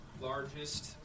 largest